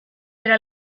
era